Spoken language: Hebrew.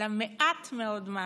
למעט מאוד מעשים,